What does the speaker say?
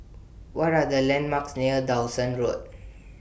What Are The landmarks near Dawson Road